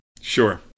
Sure